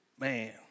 Man